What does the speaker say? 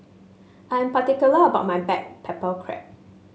I'm particular about my back pepper crab